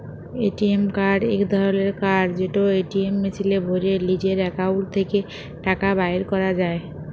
ATM card ইক ধরলের card যেট এটিএম মেশিলে ভ্যরে লিজের একাউল্ট থ্যাকে টাকা বাইর ক্যরা যায়